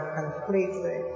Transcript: completely